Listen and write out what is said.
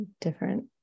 different